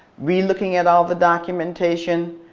relooking at all the documentation,